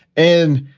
and,